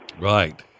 Right